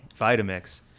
Vitamix